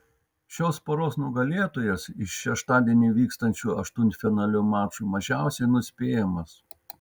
šios poros nugalėtojas iš šeštadienį vykstančių aštuntfinalio mačų mažiausiai nuspėjamas